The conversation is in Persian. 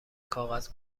کاغذ